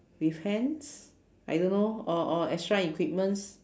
with hands I don't know or or extra equipments